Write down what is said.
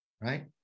right